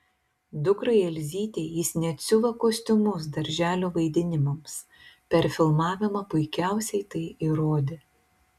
dukrai elzytei jis net siuva kostiumus darželio vaidinimams per filmavimą puikiausiai tai įrodė